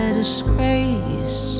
disgrace